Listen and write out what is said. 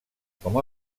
com